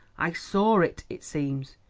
i saw it, it seems.